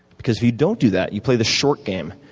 because if you don't do that, you play the short game.